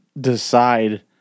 decide